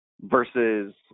versus